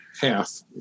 half